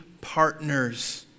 partners